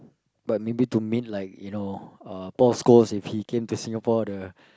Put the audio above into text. but maybe to meet like you know uh Paul-Scholes if he came to Singapore the